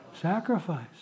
Sacrifice